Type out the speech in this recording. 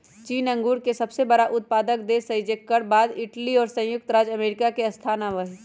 चीन अंगूर के सबसे बड़ा उत्पादक देश हई जेकर बाद इटली और संयुक्त राज्य अमेरिका के स्थान आवा हई